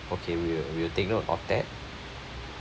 okay we will we will take note of that